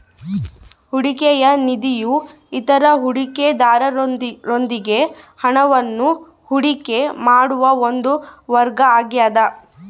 ಹೂಡಿಕೆಯ ನಿಧಿಯು ಇತರ ಹೂಡಿಕೆದಾರರೊಂದಿಗೆ ಹಣವನ್ನು ಹೂಡಿಕೆ ಮಾಡುವ ಒಂದು ಮಾರ್ಗ ಆಗ್ಯದ